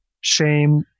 shame